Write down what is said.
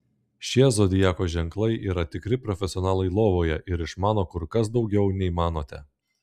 šie zodiako ženklai yra tikri profesionalai lovoje ir išmano kur kas daugiau nei manote